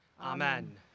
Amen